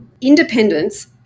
Independence